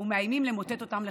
ומאיימים למוטט אותן לחלוטין.